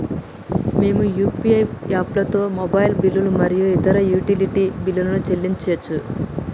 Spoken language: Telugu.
మేము యూ.పీ.ఐ యాప్లతోని మొబైల్ బిల్లులు మరియు ఇతర యుటిలిటీ బిల్లులను చెల్లించచ్చు